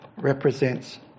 represents